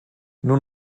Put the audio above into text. nur